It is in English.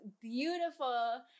beautiful